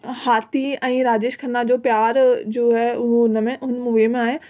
हाथी ऐं राजेश खन्ना जो प्यार जो है उहो हुन में हुन मूवी में आहे